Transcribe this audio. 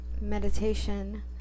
meditation